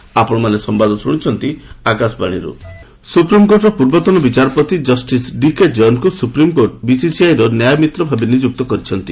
SC BCCI ସୁପ୍ରିମକୋର୍ଟର ପୂର୍ବତନ ବିଚାରପତି ଜଷ୍ଟିସ ଡିକେ ଜୈନକୁ ସୁପ୍ରିମକୋର୍ଟ ବିସିସିଆଇର ନ୍ୟାୟମିତ୍ର ଭାବେ ନିଯୁକ୍ତି କରିଛନ୍ତି